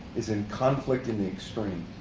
is in conflict in the extreme.